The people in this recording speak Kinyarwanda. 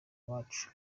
iwacu